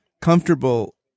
comfortable